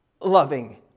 loving